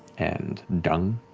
and dung.